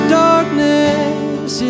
darkness